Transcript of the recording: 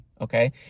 okay